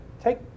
take